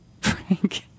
Frank